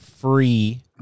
free